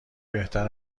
بهتر